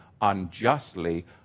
unjustly